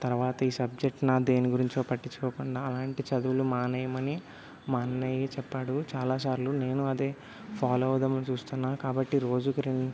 తర్వాత ఈ సబ్జెక్ట్నా దేని గురించో పట్టిచ్చుకోకుండా అలాంటి చదువులు మానేయమని మా అన్నయ్య చెప్పాడు చాలాసార్లు నేను అదే ఫాలో అవుదామని చూస్తున్నా కాబట్టి రోజుకు రెన్